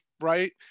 right